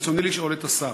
ברצוני לשאול את השר: